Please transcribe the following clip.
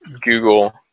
Google